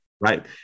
Right